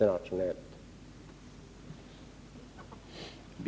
samma frågor väsendet gemensamma frågor